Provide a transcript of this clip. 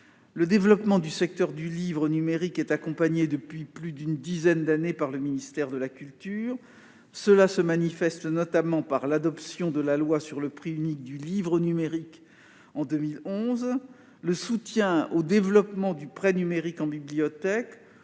Le développement du secteur du livre numérique est accompagné depuis plus d'une dizaine d'années par le ministère de la culture. Cela s'est manifesté notamment par l'adoption de la loi sur le prix unique du livre numérique en 2011, le soutien au développement du prêt numérique en bibliothèque